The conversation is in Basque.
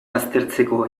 baztertzeko